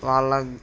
వాలక్